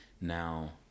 Now